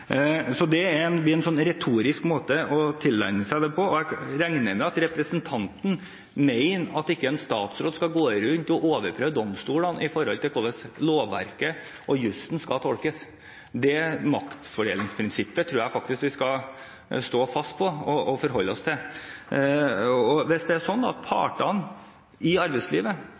Det er en retorisk måte å tilegne seg dette på. Jeg regner med at representanten ikke mener at en statsråd skal gå rundt og overprøve domstolene når det gjelder hvordan lovverket og jusen skal tolkes. Jeg tror faktisk vi skal stå fast på og forholde oss til maktfordelingsprinsippet. Hvis det er sånn at